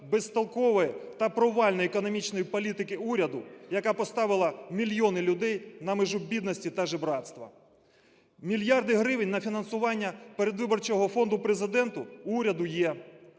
безтолкової та провальної економічної політики уряду, яка поставила мільйони людей на межу бідності та жебрацтва. Мільярди гривень на фінансування передвиборчого фонду Президенту в уряду є.